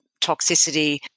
toxicity